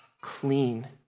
clean